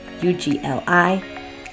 u-g-l-i